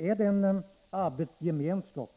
Är den arbetsgemenskap